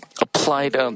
applied